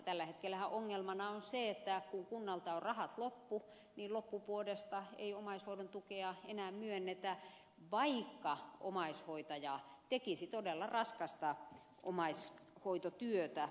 tällä hetkellähän ongelmana on se että kun kunnalta on rahat loppu niin loppuvuodesta ei omaishoidon tukea enää myönnetä vaikka omaishoitaja tekisi todella raskasta omaishoitotyötä